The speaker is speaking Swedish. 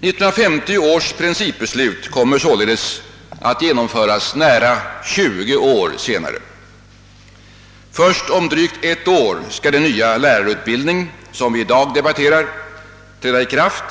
1950 års principbeslut kommer således att genomföras nära 20 år senare. Först om drygt ett år skall den nya lärarutbildning som vi i dag debatterar träda i kraft,